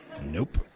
Nope